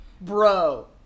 bro